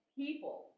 people